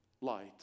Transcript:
light